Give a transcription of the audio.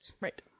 Right